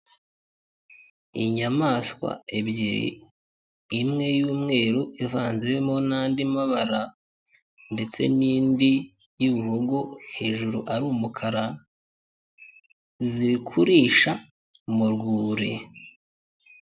Inyamaswa ebyiri imwe y'umweru ivanzemo n'andi, mabara ndetse n'indi y'ibihogo hejuru ari umukara, ziri kurisha mu rwuri.